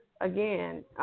Again